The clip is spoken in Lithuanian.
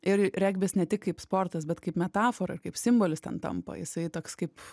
ir regbis ne tik kaip sportas bet kaip metafora ir kaip simbolis ten tampa jisai toks kaip